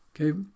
Okay